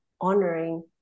honoring